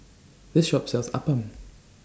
This Shop sells Appam